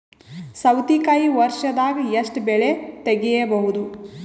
ಸೌತಿಕಾಯಿ ವರ್ಷದಾಗ್ ಎಷ್ಟ್ ಬೆಳೆ ತೆಗೆಯಬಹುದು?